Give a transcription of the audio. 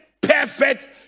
perfect